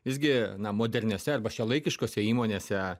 vis gi na moderniose arba šiuolaikiškose įmonėse